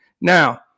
Now